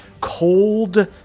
cold